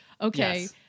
Okay